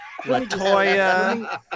Latoya